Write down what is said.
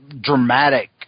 dramatic